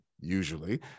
usually